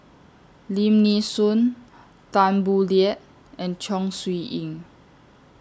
Lim Nee Soon Tan Boo Liat and Chong Siew Ying